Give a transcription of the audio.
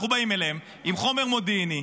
אנחנו באים אליהם עם חומר מודיעיני,